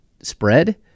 spread